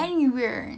anywhere